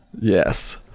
Yes